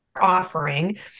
offering